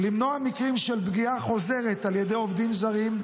למנוע מקרים של פגיעה חוזרת על ידי עובדים זרים,